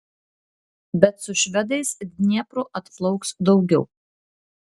bet su švedais dniepru atplauks daugiau